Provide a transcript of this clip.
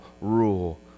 rule